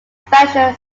special